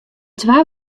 twa